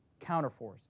counterforce